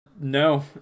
No